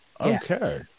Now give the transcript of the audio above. okay